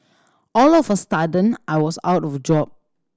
all of a sudden I was out of a job